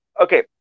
okay